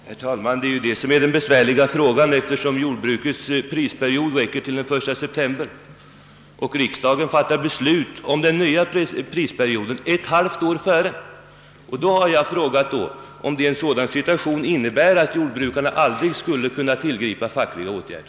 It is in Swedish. Herr talman! Det besvärliga är just att jordbrukets prisperiod räcker till 1 september medan riksdagen fattar beslut om den nya prisperioden ett halvår före. Innebär denna situation att jordbrukarna aldrig skulle kunna till gripa fackliga åtgärder?